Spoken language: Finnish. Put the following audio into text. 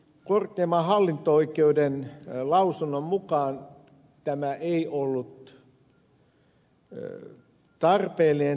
korkeimman hallinto oikeuden lausunnon mukaan tämä esitys ei ole tarpeellinen